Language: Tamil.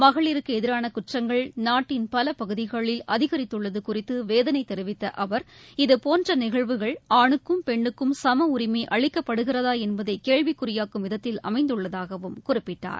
மகளிருக்கு எதிரான குற்றங்கள் நாட்டின் பல பகுதிகளில் அதிகித்துள்ளது குறித்து வேதனை தெரிவித்த அவர் இதுபோன்ற நிகழ்வுகள் ஆனுக்கும் பெண்னுக்கும் சம உரிமை அளிக்கப்படுகிறதா என்பதை கேள்விக்குறியாக்கும் விதத்தில் அமைந்துள்ளதாகவும் குறிப்பிட்டார்